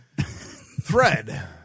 Thread